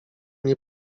nie